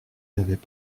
n’avaient